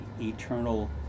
eternal